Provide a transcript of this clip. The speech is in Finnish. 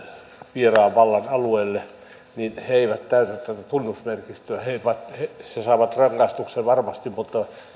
vieraan vallan alueelle niin he he eivät täyttäneet tunnusmerkistöä he saavat rangaistuksen varmasti mutta